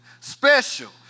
special